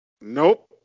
Nope